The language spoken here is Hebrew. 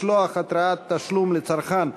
משלוח התראת תשלום לצרכן),